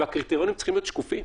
והקריטריונים צריכים להיות שקופים.